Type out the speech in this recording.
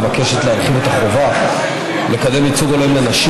מבקשת להרחיב את החובה לקדם ייצוג הולם לנשים